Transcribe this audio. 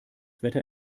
wetter